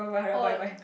oh